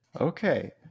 Okay